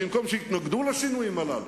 במקום שיתנגדו לשינויים הללו,